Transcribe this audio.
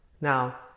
now